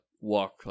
walk